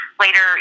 later